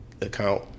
account